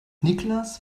niklas